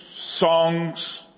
songs